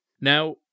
Now